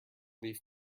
leaf